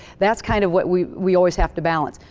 that's kind of what we we always have to balance.